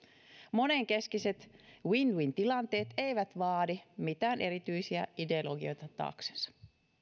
monenkeskiset win win tilanteet eivät vaadi mitään erityisiä ideologioita taaksensa